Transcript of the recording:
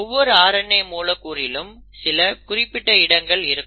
ஒவ்வொரு RNA மூலக்கூறிலும் சில குறிப்பிட்ட இடங்கள் இருக்கும்